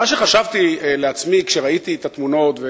מה שחשבתי לעצמי כשראיתי את התמונות,